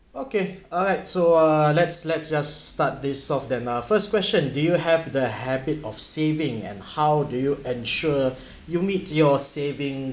okay alright so uh let's let's just start this off than uh first question do you have the habit of saving and how do you ensure you meet your saving